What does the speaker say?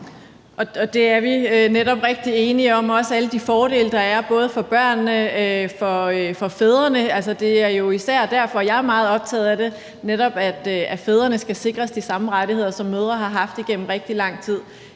Det er vi netop rigtig enige om, også netop med alle de fordele, der er både for børnene og for fædrene – det er jo især derfor, jeg er meget optaget af det, netop at fædrene skal sikres de samme rettigheder, som mødre har haft igennem rigtig lang tid.